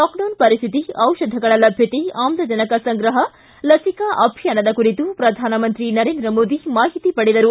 lockdown ಪರಿಸ್ಠಿತಿ ದಿಷಧಗಳ ಲಭ್ಯತೆ ಆಮ್ಲಜನಕ ಸಂಗ್ರಹ ಲಸಿಕಾ ಅಭಿಯಾನದ ಕುರಿತು ಪ್ರಧಾನಮಂತ್ರಿ ನರೇಂದ್ರ ಮೋದಿ ಮಾಹಿತಿ ಪಡೆದರು